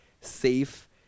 safe